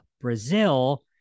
Brazil